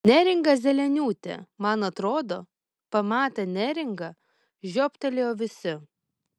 neringa zeleniūtė man atrodo pamatę neringą žiobtelėjo visi